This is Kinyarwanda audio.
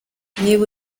niba